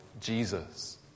Jesus